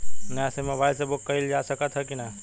नया SIM mobile से book कइलजा सकत ह कि ना?